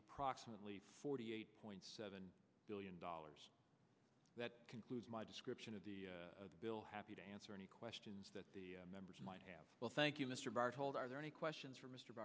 approximately forty eight point seven billion dollars that concludes my description of the bill happy to answer any questions that the members might have well thank you mr barr told are there any questions for mister